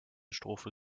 strophe